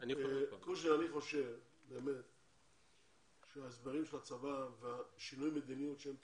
אני חושב שההסברים של הצבא ושינוי המדיניות שהם מתכננים,